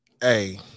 Hey